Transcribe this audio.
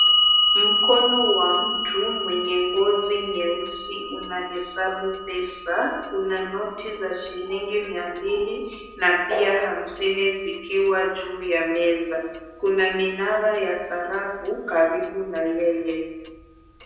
Mkono wa mtu mwenye ngozi nyeusi unahesabu pesa. Kuna noti za shilingi mia mbili na pia hamsini zikiwa juu ya meza. Kuna minara ya sarafu karibu na yeye.